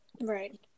Right